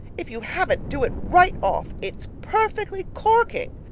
if you haven't, do it right off. it's perfectly corking.